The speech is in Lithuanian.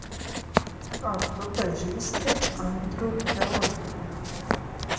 ar tu pažįsti andrių velžą